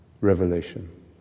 revelation